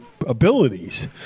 abilities